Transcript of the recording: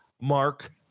Mark